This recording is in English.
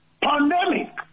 Pandemic